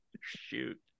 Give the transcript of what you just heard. Shoot